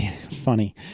Funny